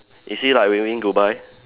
is he like waving goodbye